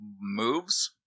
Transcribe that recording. moves